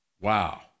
Wow